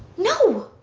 no!